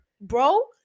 Bro